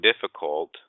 difficult